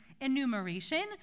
enumeration